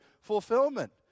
fulfillment